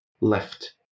left